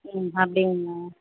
ம் அப்படிங்களா